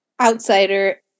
outsider